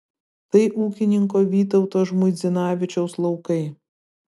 tai ūkininko vytauto žmuidzinavičiaus laukai